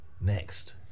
next